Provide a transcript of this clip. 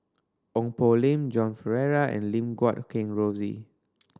Ong Poh Lim Joan Pereira and Lim Guat Kheng Rosie